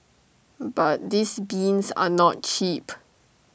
but these bins are not cheap